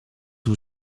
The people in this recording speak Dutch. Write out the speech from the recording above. hoe